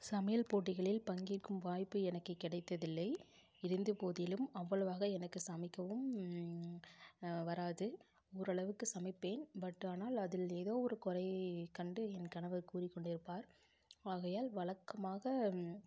சமையல் போட்டிகளில் பங்கேற்கும் வாய்ப்பு எனக்கு கிடைத்ததில்லை இருந்தபோதிலும் அவ்வளோவாக எனக்கு சமைக்கவும் வராது ஓரளவுக்கு சமைப்பேன் பட் ஆனால் அதில் ஏதோ ஒரு குறை கண்டு என் கணவர் கூறிக்கொண்டே இருப்பார் ஆகையால் வழக்கமாக